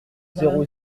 zéro